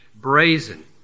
brazen